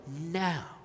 now